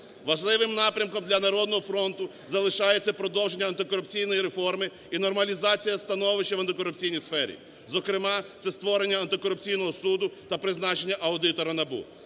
Важливим напрямком для "Народного фронту" залишається продовження антикорупційної реформи і нормалізація становища в антикорупційній сфері. Зокрема це створення Антикорупційного суду та призначення аудитора НАБУ.